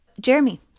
Jeremy